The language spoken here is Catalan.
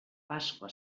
pasqua